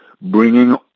bringing